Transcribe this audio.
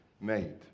made